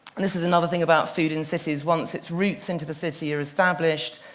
and this is another thing about food in cities once its roots into the city are established,